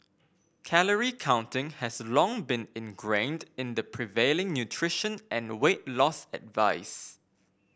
calorie counting has long been ingrained in the prevailing nutrition and weight loss advice